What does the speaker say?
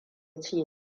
ce